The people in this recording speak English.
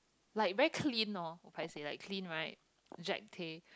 like very clean hor if I say like clean right Jack-Tay